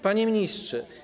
Panie Ministrze!